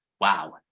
wow